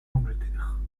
angleterre